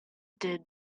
did